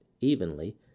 evenly